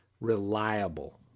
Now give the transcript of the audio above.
reliable